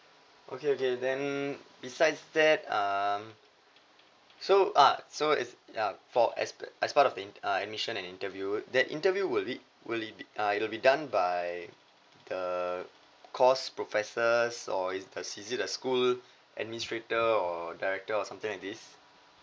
okay okay then besides that um so uh so is ya for as pa~ as part of int~ uh admission and interview that interview will it will it be uh it'll be done by the course professors or is does is it a school administrator or director or something like this